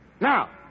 Now